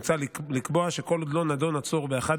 מוצע לקבוע שכל עוד לא נדון עצור באחד